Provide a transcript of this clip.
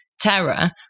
terror